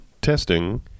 testing